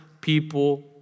people